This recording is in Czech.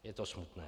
Je to smutné.